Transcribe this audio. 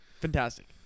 fantastic